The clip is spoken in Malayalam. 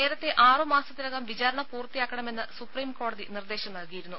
നേരത്തെ ആറുമാസത്തിനകം വിചാരണ പൂർത്തിയാക്കണമെന്ന് സുപ്രീം കോടതി നിർദ്ദേശം നൽകിയിരുന്നു